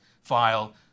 file